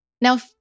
Now